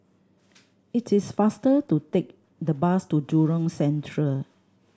it is faster to take the bus to Jurong Central